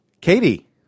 Katie